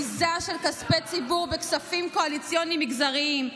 ביזה של כספי ציבור בכספים קואליציוניים מגזריים,